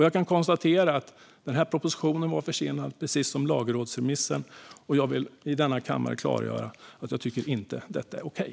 Jag kan konstatera att den här propositionen var försenad, precis som lagrådsremissen, och jag vill i denna kammare klargöra att jag inte tycker att detta är okej.